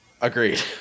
Agreed